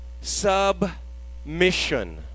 Submission